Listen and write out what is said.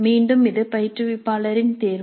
மீண்டும் இது பயிற்றுவிப்பாளரின் தேர்வு